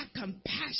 compassion